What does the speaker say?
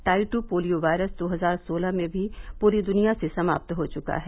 tie two polio virus दो हजार सोलह में भी पूरी दुनिया से समाप्त हो चुका है